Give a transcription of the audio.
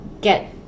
get